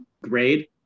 grade